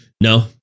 No